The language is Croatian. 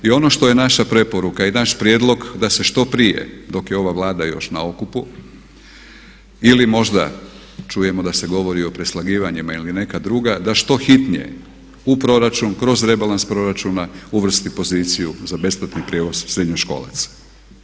I ono što je naša preporuka i naš prijedlog da se što prije dok je ova Vlada još na okupu, ili možda čujemo da se govori o preslagivanjima ili neka druga da što hitnije u proračun kroz rebalans proračuna uvrsti poziciju za besplatni prijevoz srednjoškolaca.